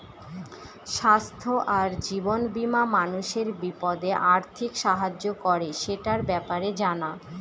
স্বাস্থ্য আর জীবন বীমা মানুষের বিপদে আর্থিক সাহায্য করে, সেটার ব্যাপারে জানা